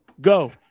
go